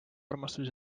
armastus